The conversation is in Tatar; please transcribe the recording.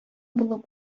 булып